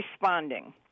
responding